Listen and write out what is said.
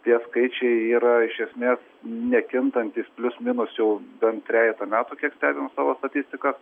tie skaičiai yra iš esmės nekintantys plius minus jau bent trejetą metų kiek stebim savo statistiką